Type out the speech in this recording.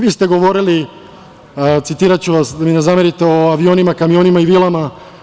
Vi ste govorili, citiraću vas, da mi ne zamerite, o avionima, kamionima i vilama.